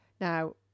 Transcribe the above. now